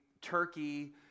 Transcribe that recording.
Turkey